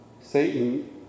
Satan